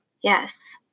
Yes